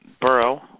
Borough